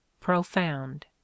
profound